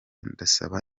ndasaba